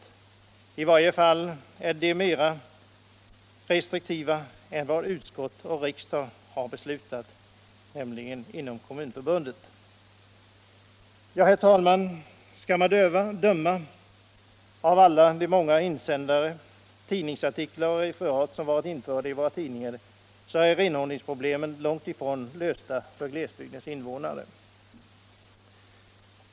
I alla händelser är man inom Kommunförbundet mera restriktiv än vad utskottet förutsatte och riksdagen har beslutat. Herr talman! Skall man döma av de många insändare, artiklar och referat som varit införda i tidningarna är renhållningsproblemen långt ifrån lösta för glesbygdens invånare.